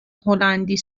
هلندی